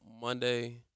Monday